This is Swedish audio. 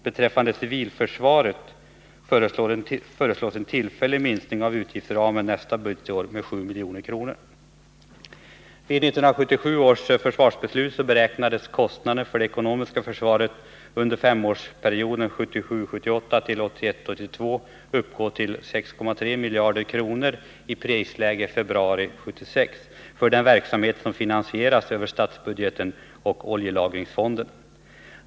Beträffande civilförsvaret föreslås en tillfällig minskning av utgiftsramen nästa budgetår med 7 milj.kr. Vid 1977 års försvarsbeslut beräknades kostnaderna för det ekonomiska försvaret under femårsperioden 1977 82 uppgå till 6,3 miljarder kronor, i det prisläge som rådde i februari 1976, för den verksamhet som finansieras över statsbudgeten och oljelagringsfonden.